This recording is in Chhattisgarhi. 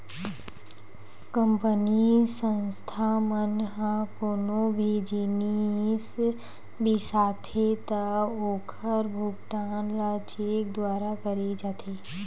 कंपनी, संस्था मन ह कोनो भी जिनिस बिसाथे त ओखर भुगतान ल चेक दुवारा करे जाथे